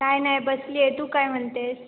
काय नाही बसली आहे तू काय म्हणते आहेस